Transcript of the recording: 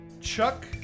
chuck